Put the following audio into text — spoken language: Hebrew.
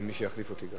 ואין מי שיחליף אותי.